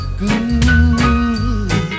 good